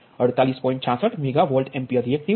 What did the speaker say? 66 megavolt ampere reactive